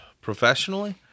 Professionally